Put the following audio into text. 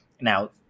Now